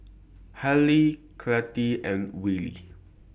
Hailee Cathi and Willy